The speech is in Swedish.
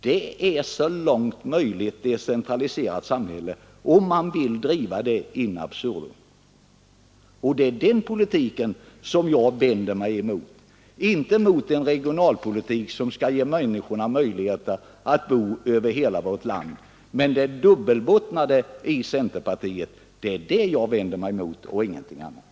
Det är ett så långt möjligt decentraliserat samhälle, om man vill driva det in absurdum — och det är den politiken som jag vänder mig emot, inte emot en regionalpolitik som skall ge människorna möjlighet att bo över hela vårt land. Det är det dubbelbottnade hos centerpartiet jag vänder mig emot och ingenting annat.